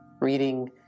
reading